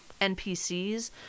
NPCs